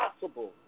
possible